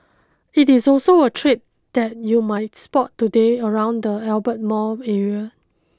it is also a trade that you might spot today around the Albert Mall area